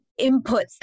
inputs